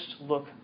look